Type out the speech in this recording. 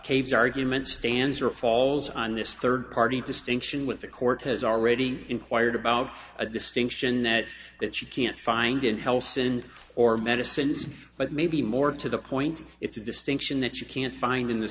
caves argument stands or falls on this third party distinction what the court has already inquired about a distinction that that you can't find in health and or medicine but maybe more to the point it's a distinction that you can't find in the